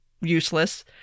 useless